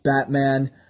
Batman